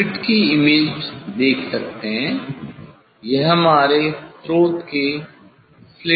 आप स्लिट की इमेज देख सकते हैं यह हमारे स्रोत के लिए स्लिट की इमेज है